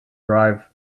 arrive